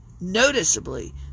Noticeably